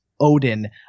Odin